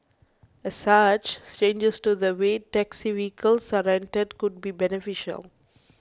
as such changes to the way taxi vehicles are rented could be beneficial